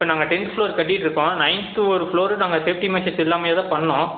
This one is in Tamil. இப்போ நாங்கள் டென்த் ஃப்ளோர் கட்டிகிட்ருக்கோம் நைன்த்து ஒரு ஃப்ளோரு நாங்கள் சேஃப்ட்டி மெஷர்ஸ் இல்லாமையேதான் பண்ணிணோம்